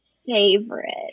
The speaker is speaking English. favorite